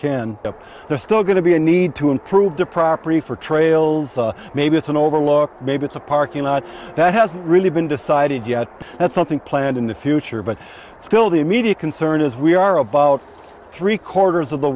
can they're still going to be a need to improve the property for trails maybe it's an overlook maybe it's a parking lot that hasn't really been decided yet that's something planned in the future but still the immediate concern is we are about three quarters of the